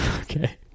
okay